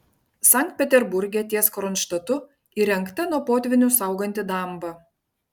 sankt peterburge ties kronštatu įrengta nuo potvynių sauganti damba